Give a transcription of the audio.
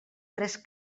tres